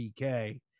DK